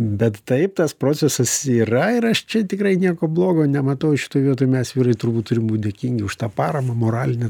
bet taip tas procesas yra ir aš čia tikrai nieko blogo nematau šitoj vietoj mes vyrai turbūt turim būti dėkingi už tą paramą moralinę